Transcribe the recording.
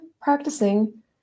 practicing